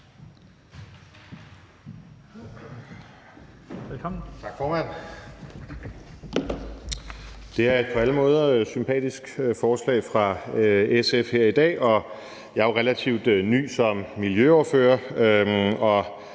(DF): Tak, formand. Det er på alle måder et sympatisk forslag fra SF her i dag, og jeg er jo relativt ny som miljøordfører og